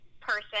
person